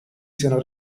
siano